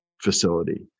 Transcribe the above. facility